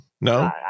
No